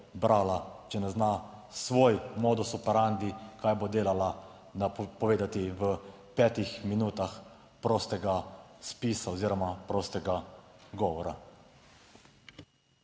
če ne zna svoj modus operandi, kaj bo delala, napovedati v petih minutah prostega spisa oziroma prostega govora.